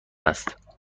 است